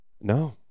No